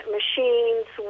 machines